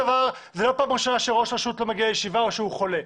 זאת לא פעם ראשונה שראש רשות לא מגיע לישיבה או שהוא חולה.